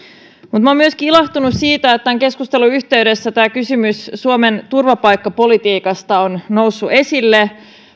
mutta olen myöskin ilahtunut siitä että tämän keskustelun yhteydessä tämä kysymys suomen turvapaikkapolitiikasta on noussut esille